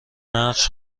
نقش